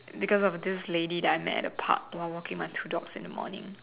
because of this lady that I met at the park while walking my two dogs in the morning